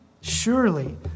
Surely